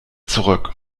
zurück